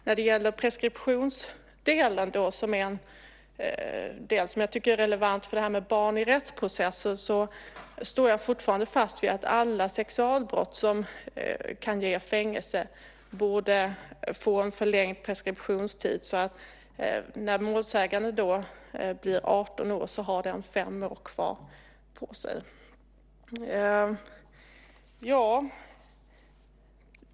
När det gäller preskriptionstiden, som jag tycker är en relevant del för barn i rättsprocesser, står jag fortfarande fast vid att alla sexualbrott som kan ge fängelse borde få en förlängd preskriptionstid, så att när målsäganden blir 18 år är det fem år kvar av preskriptionstiden.